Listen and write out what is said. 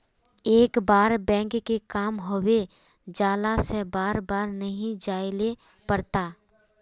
एक बार बैंक के काम होबे जाला से बार बार नहीं जाइले पड़ता?